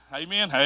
amen